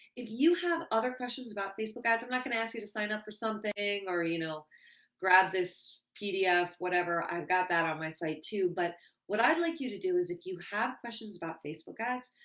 if you have other questions about facebook ads, i'm not going to ask you to sign up for something or you know grab this pdf, whatever. i've got that on my site too. but what i'd like you to do is if you have questions about facebook ads,